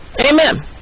Amen